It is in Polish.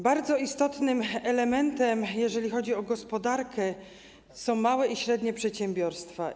Bardzo istotnym elementem, jeżeli chodzi o gospodarkę, są małe i średnie przedsiębiorstwa.